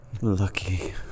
lucky